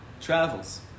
travels